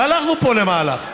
הלכנו פה למהלך,